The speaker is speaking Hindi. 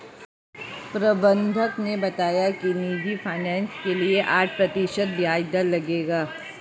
प्रबंधक ने बताया कि निजी फ़ाइनेंस के लिए आठ प्रतिशत ब्याज दर लगेगा